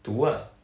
to what